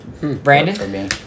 Brandon